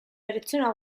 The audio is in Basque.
pertsona